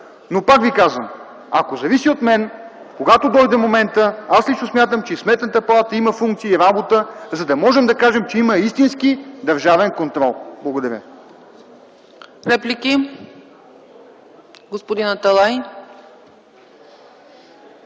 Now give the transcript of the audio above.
Но, пак ви казвам, ако зависи от мен, когато дойде моментът, аз лично смятам, че и Сметната палата има функции и работа, за да можем да кажем, че има истински държавен контрол. Благодаря.